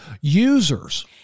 users